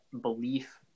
belief